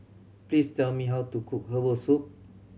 please tell me how to cook herbal soup